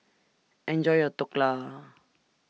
Enjoy your Dhokla